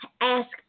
ask